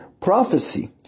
prophecy